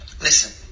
Listen